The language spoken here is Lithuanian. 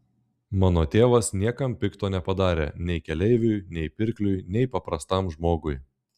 mano tėvas niekam pikto nepadarė nei keleiviui nei pirkliui nei paprastam žmogui